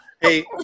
Hey